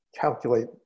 calculate